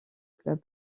club